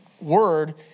word